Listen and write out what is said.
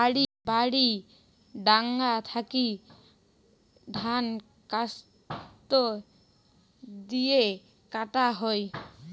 বাড়ি ডাঙা থাকি ধান কাস্তে দিয়ে কাটা হই